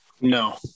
No